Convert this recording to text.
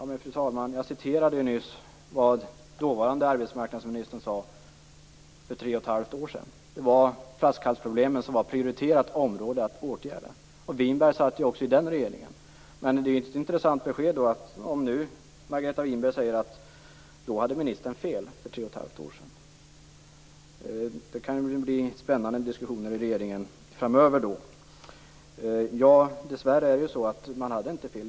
Men, fru talman, jag citerade nyss vad den dåvarande arbetsmarknadsministern sade för tre och ett halvt år sedan. Då var åtgärder mot flaskhalsproblemen ett prioriterat område, och Winberg satt med också i den regeringen. Det är ett intressant besked när Margareta Winberg nu säger att arbetsmarknadsministern hade fel för tre och ett halvt år sedan. Det kan framöver bli spännande diskussioner i regeringen. Dessvärre hade man inte fel.